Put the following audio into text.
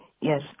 Yes